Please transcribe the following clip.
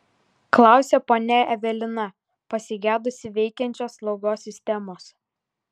klausė ponia evelina pasigedusi veikiančios slaugos sistemos